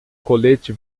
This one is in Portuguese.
colete